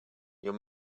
your